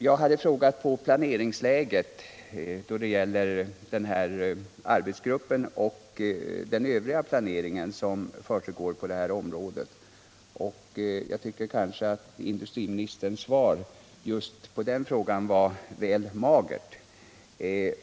Jag frågade i min interpellation om planeringsläget i arbetsgruppen och om den planering i övrigt som förekommer på detta område, och jag tycker att industriministerns svar på dessa frågor var väl magert.